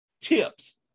tips